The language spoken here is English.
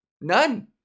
None